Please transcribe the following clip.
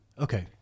Okay